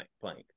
plank